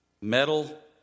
metal